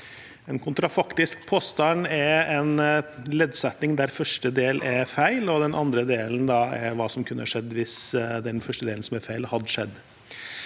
En kontrafaktisk påstand er en leddsetning der første del er feil, og den andre delen er hva som kunne skjedd hvis den første delen, som er feil, hadde skjedd.